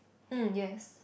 mm yes